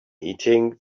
eating